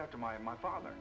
go to my my father